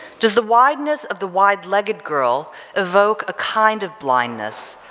does the wideness of the wide-legged girl evoke a kind of blindness,